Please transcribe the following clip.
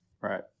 Right